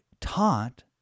taught